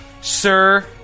Sir